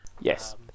yes